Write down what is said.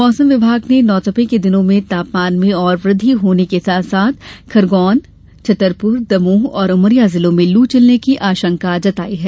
मौसम विभाग ने नवतपे के दिनों में तापमान में और वृद्धि होने के साथ साथ खरगोन छतरपूर दमोह और उमरिया जिलों में ल चलने की आंशका जताई है